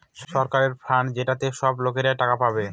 সরকারের ফান্ড যেটাতে সব লোকরা টাকা পাবে